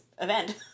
event